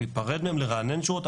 להיפרד מהם, לרענן שורות.